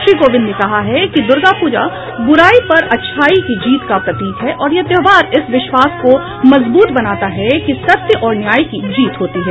श्री कोविंद ने कहा कि दुर्गा पूजा बुराई पर अच्छाई की जीत का प्रतीक है और यह त्यौहार इस विश्वास को मजबूत बनाता है कि सत्य और न्याय की जीत होती है